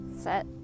Set